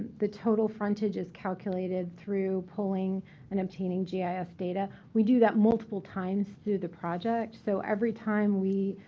the total frontage is calculated through pulling and obtaining gif data. we do that multiple times through the project. so every time we